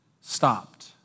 stopped